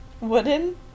Wooden